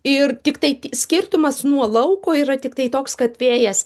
ir tiktai skirtumas nuo lauko yra tiktai toks kad vėjas